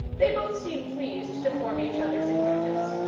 they both seem pleased to form each other's acquaintance,